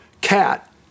cat